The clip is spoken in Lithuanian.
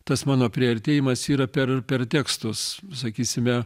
tas mano priartėjimas yra per per tekstus sakysime